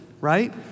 right